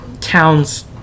town's